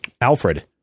Alfred